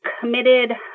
committed